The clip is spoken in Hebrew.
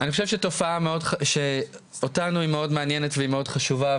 חושב שתופעה שאותנו מאוד מעניינת ומאוד חשובה,